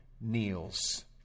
kneels